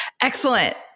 Excellent